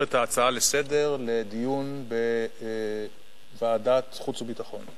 את ההצעה לסדר-היום לדיון בוועדת חוץ וביטחון.